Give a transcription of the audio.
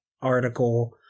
article